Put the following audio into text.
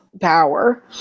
power